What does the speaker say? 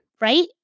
right